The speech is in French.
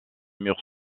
mur